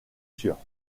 sûre